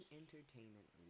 entertainment